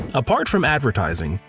apart from advertising,